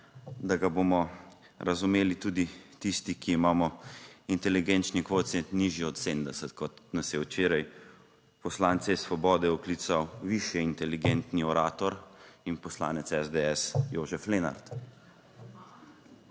da ga bomo razumeli tudi tisti, ki imamo inteligenčni kvocient nižji od 70, kot nas, je včeraj poslance Svobode opoklical višje inteligentni orator in poslanec SDS, Jožef Lenart.